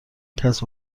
کسب